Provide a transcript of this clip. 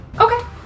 Okay